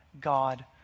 God